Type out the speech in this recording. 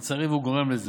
לצערי, הוא גם גורם לזה.